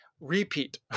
repeat